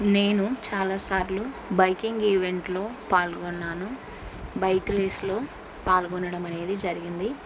నేను చాలాసార్లు బైకింగ్ ఈవెంట్లో పాల్గొన్నాను బైక్ రేస్లో పాల్గొనడం అనేది జరిగింది